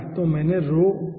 तो मैंने लिखा है